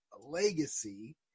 legacy